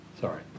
sorry